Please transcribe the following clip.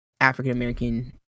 african-american